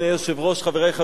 חברי חברי הכנסת,